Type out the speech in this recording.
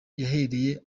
yahereye